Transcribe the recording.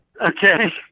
Okay